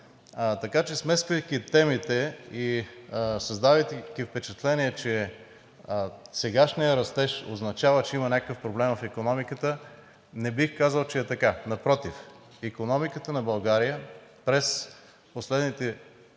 Така че, смесвайки темите и създавайки впечатление, че сегашният растеж означава, че има някакъв проблем в икономиката, не бих казал, че е така. Напротив, икономиката на България през последните шест